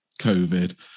COVID